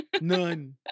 None